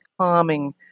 calming